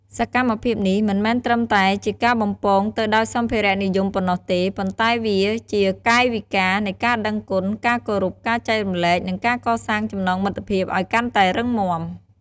សកម្មភាពនេះមិនមែនត្រឹមតែជាការបំពងទៅដោយសម្ភារៈនិយមប៉ុណ្ណោះទេ ប៉ុន្តែវាជា កាយវិការនៃការដឹងគុណ ការគោរព ការចែករំលែក និងការកសាងចំណងមិត្តភាព ឱ្យកាន់តែរឹងមាំ។